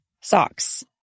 socks